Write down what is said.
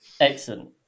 Excellent